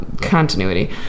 continuity